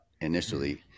initially